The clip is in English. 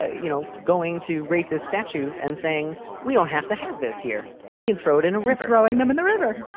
ah you know, going to racist statues and saying we don't have to have this here. we can throw it in a river throwing them in the river.